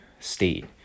state